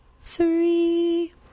three